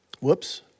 Whoops